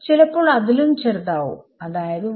ചിലപ്പോൾ അതിലും ചെറുതാവും അതായത് 1cm